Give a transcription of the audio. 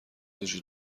وجود